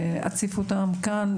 אציף אותן כאן,